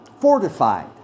fortified